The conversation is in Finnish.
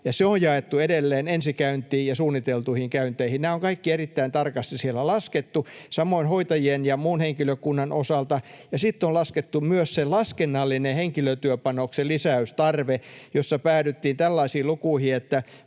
se on jaettu edelleen ensikäyntiin ja suunniteltuihin käynteihin. Nämä on kaikki erittäin tarkasti siellä laskettu, samoin hoitajien ja muun henkilökunnan osalta, ja sitten on laskettu myös se laskennallinen henkilötyöpanoksen lisäystarve, jossa päädyttiin tällaisiin lukuihin, että